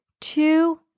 Two